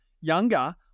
younger